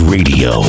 Radio